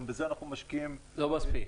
לא מספיק.